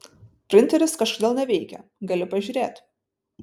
printeris kažkodėl neveikia gali pažiūrėt